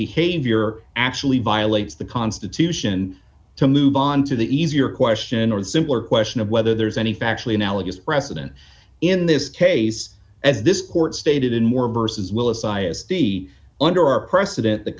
behavior actually violates the constitution to move on to the easier question or the simpler question of whether there's any factual analogous precedent in this case as this court stated in more versus will assayas be under our precedent the